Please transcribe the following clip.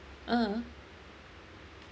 mm mm